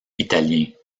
italiens